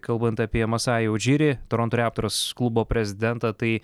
kalbant apie masajų odžirį toronto raptors klubo prezidentą tai